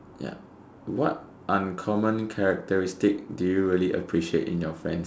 yup what uncommon characteristic do you really appreciate in your friends